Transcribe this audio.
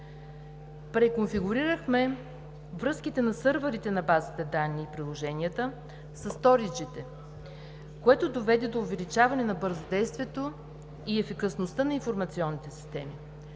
Преконфигурирахме връзките на сървърите на базите данни и приложенията, което доведе до увеличаване на бързодействието и ефикасността на информационните системи.